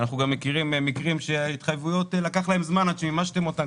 אנחנו גם מכירים מקרים שלהתחייבויות לקח זמן עד שמימשתם אותן,